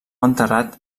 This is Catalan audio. enterrat